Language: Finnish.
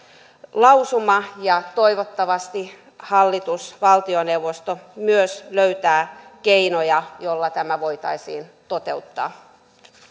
lausuma ja toivottavasti hallitus valtioneuvosto myös löytää keinoja joilla tämä voitaisiin toteuttaa